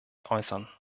äußern